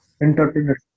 Entertainment